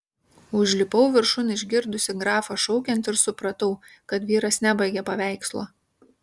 užlipau viršun išgirdusi grafą šaukiant ir supratau kad vyras nebaigė paveikslo